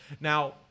Now